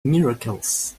miracles